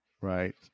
right